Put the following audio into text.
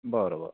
बरं ब